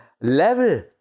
level